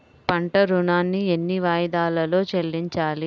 పంట ఋణాన్ని ఎన్ని వాయిదాలలో చెల్లించాలి?